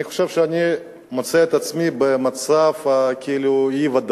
אני חושב שאני מוצא את עצמי במצב של אי-ודאות,